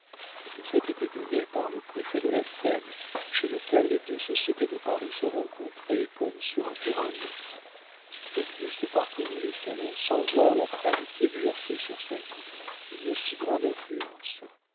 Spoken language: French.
cette fête était donnée par le préfet de la seine chez lequel les deux sociétés de paris se rencontraient comme sur un terrain neutre auguste parcourut les salons sans voir la femme qui exerçait sur sa vie une si grande influence